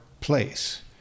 place